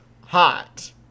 hot